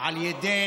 על ידי